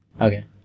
Okay